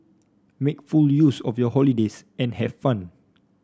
make full use of your holidays and have fun